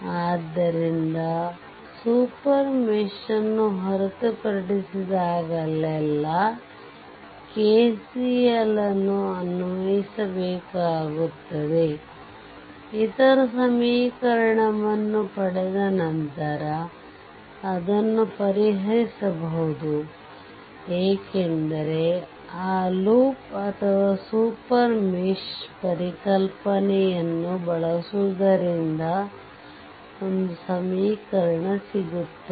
ಆದ್ದರಿಂದ super mesh ನ್ನು ಹೊರತುಪಡಿಸಿದಾಗಲೆಲ್ಲಾ KCL ನ್ನು ಅನ್ವಯಿಸಬೇಕಾಗುತ್ತದೆ ಇತರ ಸಮೀಕರಣವನ್ನು ಪಡೆದ ನಂತರ ಅದನ್ನು ಪರಿಹರಿಸಬಹುದು ಏಕೆಂದರೆ ಆ ಲೂಪ್ ಅಥವಾ ಸೂಪರ್ ಮೆಶ್ ಪರಿಕಲ್ಪನೆಯನ್ನು ಬಳಸುವುದರಿಂದ ಒಂದು ಸಮೀಕರಣ ಸಿಗುತ್ತದೆ